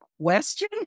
question